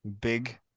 Big